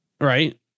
right